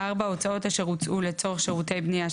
(4)הוצאות אשר הוצאו לצורך שירותי בנייה,